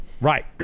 Right